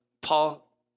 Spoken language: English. Paul